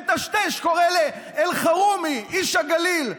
מטשטש, קורא לאלחרומי "איש הגליל".